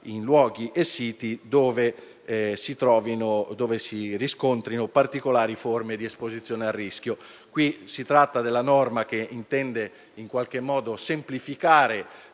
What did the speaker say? in luoghi e siti dove si riscontrino particolari forme di esposizione a rischio. Questa norma intende in qualche modo semplificare